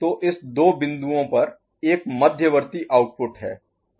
तो इस दो बिंदुओं पर एक मध्यवर्ती आउटपुट है